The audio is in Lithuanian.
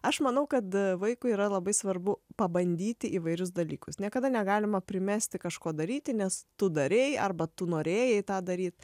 aš manau kad vaikui yra labai svarbu pabandyti įvairius dalykus niekada negalima primesti kažko daryti nes tu darei arba tu norėjai tą daryt